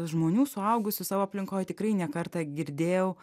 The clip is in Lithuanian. žmonių suaugusių savo aplinkoj tikrai ne kartą girdėjau